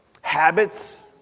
habits